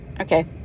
Okay